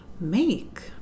make